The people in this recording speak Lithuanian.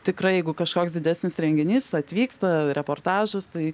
tikrai jeigu kažkoks didesnis renginys atvyksta reportažas tai